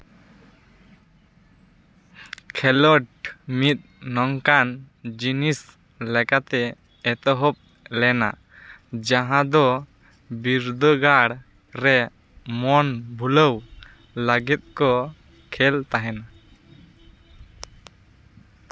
ᱠᱷᱮᱞᱳᱰ ᱢᱤᱫ ᱱᱚᱝᱠᱟᱱ ᱡᱤᱱᱤᱥ ᱞᱮᱠᱟᱛᱮ ᱮᱛᱚᱦᱚᱵ ᱞᱮᱱᱟ ᱡᱟᱦᱟᱸ ᱫᱚ ᱵᱤᱨᱫᱟᱹᱜᱟᱲ ᱨᱮ ᱢᱚᱱ ᱵᱷᱩᱞᱟᱹᱣ ᱞᱟᱹᱜᱤᱫ ᱠᱚ ᱠᱷᱮᱹᱞ ᱛᱟᱦᱮᱱ